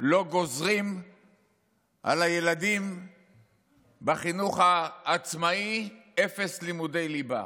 לא גוזרים על הילדים בחינוך העצמאי אפס לימודי ליבה.